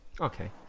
Okay